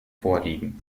vorliegen